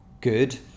good